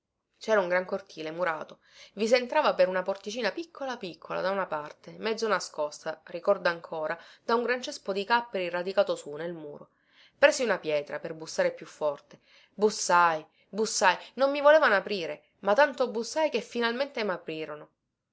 cera un gran cortile murato i sentrava per una porticina piccola piccola da una parte mezzo nascosta ricordo ancora da un gran cespo di capperi radicato su nel muro presi una pietra per bussare più forte bussai bussai non mi volevano aprire ma tanto bussai che finalmente maprirono